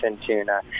tuna